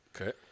Okay